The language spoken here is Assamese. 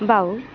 বাওঁ